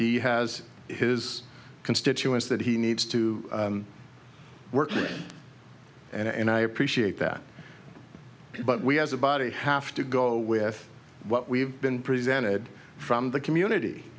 he has his constituents that he needs to work with and i appreciate that but we as a body have to go with what we've been presented from the community